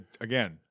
again